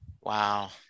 Wow